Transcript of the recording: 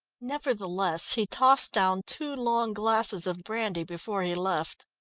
nevertheless, he tossed down two long glasses of brandy before he left.